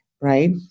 right